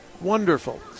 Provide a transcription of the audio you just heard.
Wonderful